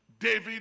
David